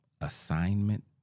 Assignment